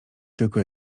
tylko